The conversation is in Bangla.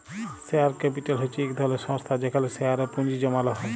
শেয়ার ক্যাপিটাল হছে ইক ধরলের সংস্থা যেখালে শেয়ারে পুঁজি জ্যমালো হ্যয়